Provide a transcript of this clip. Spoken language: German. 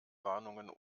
warnungen